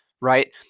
right